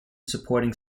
supporting